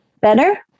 better